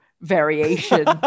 Variation